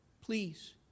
please